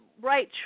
right